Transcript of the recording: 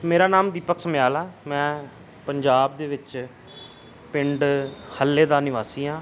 ਮੇਰਾ ਨਾਮ ਦੀਪਕ ਸਮਿਆਲ ਆ ਮੈਂ ਪੰਜਾਬ ਦੇ ਵਿੱਚ ਪਿੰਡ ਹੱਲੇ ਦਾ ਨਿਵਾਸੀ ਹਾਂ